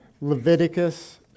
Leviticus